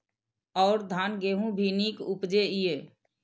और धान गेहूँ भी निक उपजे ईय?